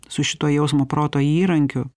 su šituo jausmo proto įrankiu